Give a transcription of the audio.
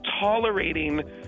tolerating